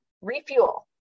refuel